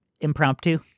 impromptu